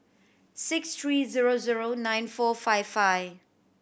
six three zero zero nine four five five